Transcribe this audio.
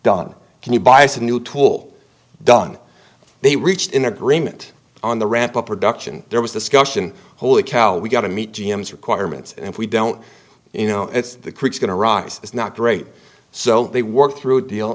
dot can you buy some new tool done they reached an agreement on the ramp up production there was discussion holy cow we got to meet g m s requirements and if we don't you know it's the creaks going to iraq is not great so they work through deal